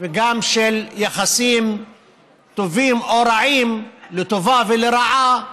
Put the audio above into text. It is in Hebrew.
וגם של יחסים טובים או רעים, לטובה ולרעה,